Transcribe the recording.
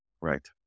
Right